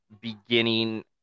beginning